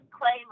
claim